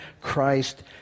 Christ